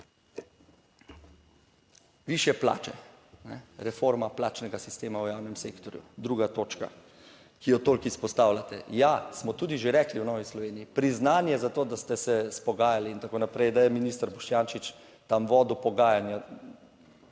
Višje plače, reforma plačnega sistema v javnem sektorju. druga točka, ki jo toliko izpostavljate. Ja, smo tudi že rekli v Novi Sloveniji, priznanje za to, da ste se izpogajali in tako naprej, da je minister Boštjančič tam vodil pogajanja